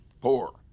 Poor